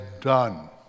done